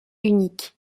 unique